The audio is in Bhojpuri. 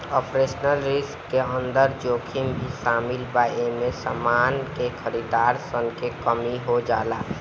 ऑपरेशनल रिस्क के अंदर जोखिम भी शामिल बा एमे समान के खरीदार सन के कमी हो जाला